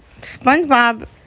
SpongeBob